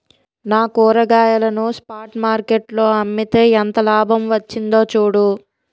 నా కూరగాయలను spot market లో అమ్మితే ఎంత లాభం వచ్చిందో చూడు